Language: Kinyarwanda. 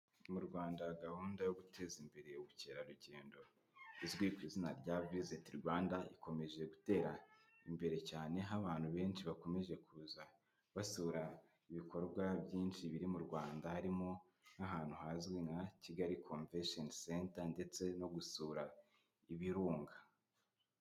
Mu rwanda gahunda yo guteza imbere ubukerarugendo izwi ku izina rya buseti Rwanda ikomeje gutera imbere cyane, aho abantu benshi bakomeje kuza basura ibikorwa byinshi biri mu Rwanda harimo nk'ahantu hazwi nka kigali convention center ndetse no gusura ibirunga.